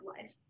life